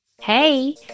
Hey